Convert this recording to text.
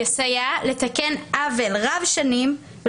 יסייע לתקן עוול רב שנים,